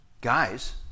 Guys